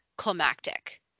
climactic